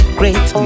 great